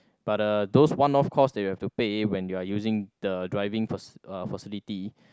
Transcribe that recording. but uh those one off cost that you have to pay when you are using the driving faci~ uh facility